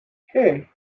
hey